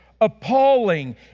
appalling